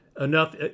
enough